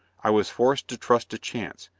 i was forced to trust to chance,